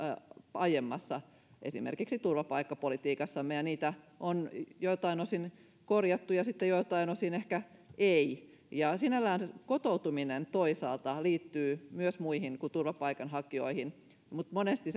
aiemmassa turvapaikkapolitiikassamme niitä on joiltain osin korjattu ja sitten joiltain osin ehkä ei sinällään kotoutuminen toisaalta liittyy myös muihin kuin turvapaikanhakijoihin mutta monesti